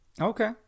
okay